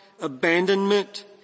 abandonment